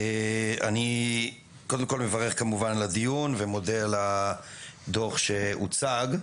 אני קודם כול מברך כמובן על הדיון ומודה על הדוח שהוצג.